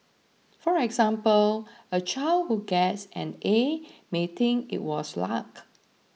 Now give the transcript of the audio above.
for example a child who gets an A may think it was luck